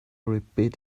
repeat